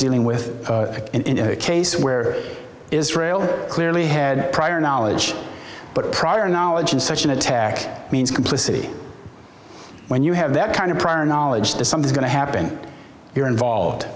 dealing with in a case where israel clearly had prior knowledge but prior knowledge of such an attack means complicity when you have that kind of prior knowledge that something going to happen you're involved